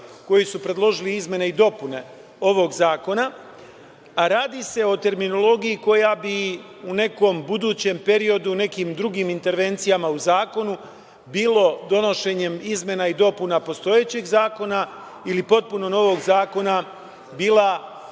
koji su predložili izmene i dopune ovog zakona. Radi se o terminologiji koja bi u nekom budućem periodu u nekim drugim intervencijama u zakonu, bilo donošenjem izmena i dopuna postojećeg zakona ili potpuno novog zakona, bila